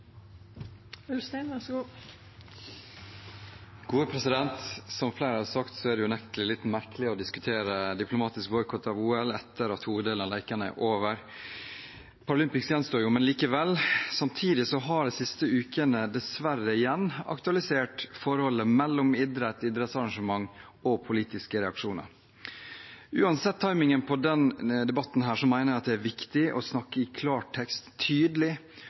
litt merkelig å diskutere diplomatisk boikott av OL etter at hoveddelen av lekene er over – Paralympics gjenstår jo, men likevel. Samtidig har de siste ukene dessverre igjen aktualisert forholdet mellom idrett, idrettsarrangement og politiske reaksjoner. Uansett timingen på denne debatten, mener jeg at det er viktig å snakke i klartekst og tydelig